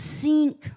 sink